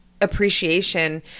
appreciation